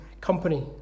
company